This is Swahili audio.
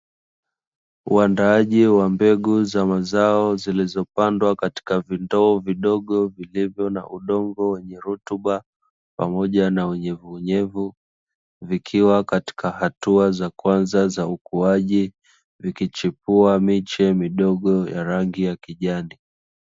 Uandaaji wa mbegu za mazao zikizopandwa katika vindoo vidogo vilivyo na udongo wenye rutuba pamoja na unyevunyevu vikiwa katika hatua za kwanza za ukuaji vikichipua miche midogo ya rangi ya kijani.